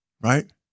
right